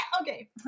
okay